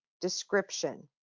description